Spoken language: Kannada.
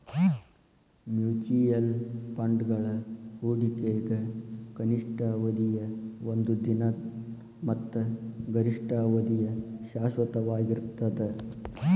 ಮ್ಯೂಚುಯಲ್ ಫಂಡ್ಗಳ ಹೂಡಿಕೆಗ ಕನಿಷ್ಠ ಅವಧಿಯ ಒಂದ ದಿನ ಮತ್ತ ಗರಿಷ್ಠ ಅವಧಿಯ ಶಾಶ್ವತವಾಗಿರ್ತದ